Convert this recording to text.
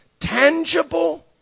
tangible